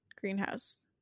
Greenhouse